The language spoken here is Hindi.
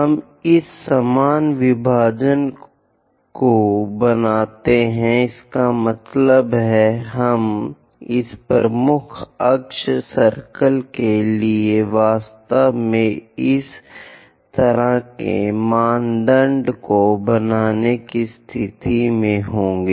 हम इस समान विभाजन को बनाते हैं इसका मतलब है कि हम इस प्रमुख अक्ष सर्किल के लिए वास्तव में इस तरह के मानदंड बनाने की स्थिति में होंगे